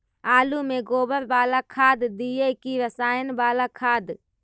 आलु में गोबर बाला खाद दियै कि रसायन बाला खाद?